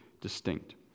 distinct